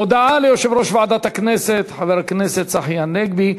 הודעה ליושב-ראש ועדת הכנסת חבר הכנסת צחי הנגבי.